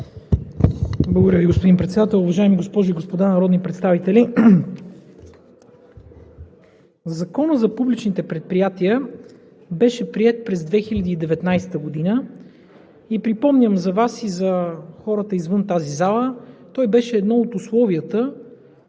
Благодаря Ви, господин Председател. Уважаеми госпожи и господа народни представители! Законът за публичните предприятия беше приет през 2019 г. и припомням за Вас и за хората извън залата – той беше едно от условията,